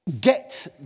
get